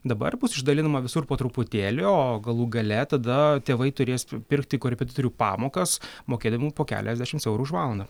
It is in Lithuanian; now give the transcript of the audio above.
dabar bus išdalinama visur po truputėlį o galų gale tada tėvai turės pirkti korepetitorių pamokas mokėdami po keliasdešims eurų už valandą